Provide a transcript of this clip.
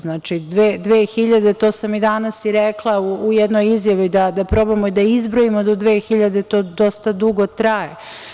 Znači, to sam i danas rekla u jednoj izjavi, da probamo i da izbrojimo do 2.000, to dosta dugo traje.